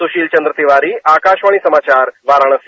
सुशीलचंद्र तिवारी आकाशवाणी समाचार वाराणसी